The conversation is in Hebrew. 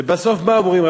ובסוף מה אומרים?